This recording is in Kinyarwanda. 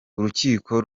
urukiko